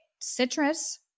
Citrus